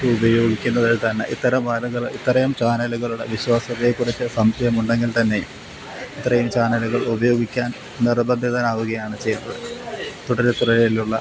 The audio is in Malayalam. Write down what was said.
ഇത് ഉപയോഗിക്കുന്നതില്ത്തന്നെ ഇത്തരം വാരങ്ങൾ ഇത്തരം ചാനല്കകളുടെ വിശ്വാസ്യതയെക്കുറിച്ച് സംശയമുണ്ടെങ്കില്ത്തന്നെ ഇത്രയും ചാനലുകള് ഉപയോഗിക്കാന് നിര്ബന്ധിതനാവുകയാണ് ചെയ്യുന്നത് തുടരെത്തുടരെയുള്ള